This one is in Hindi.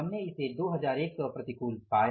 इसने 2100 प्रतिकूल आया